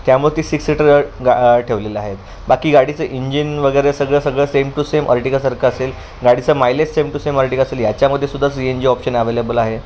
त्यामुळे ती six seater गा ठेवलेले आहेत बाकी गाडीचं इंजिन वगैरे सगळं सगळं सेम टू सेम अर्टिगासारखं असेल गाडीचं mileage same to same Ertiga असेल याच्यामध्ये सुद्धा C N G option available आहे